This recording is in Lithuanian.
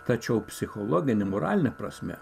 tačiau psichologine moraline prasme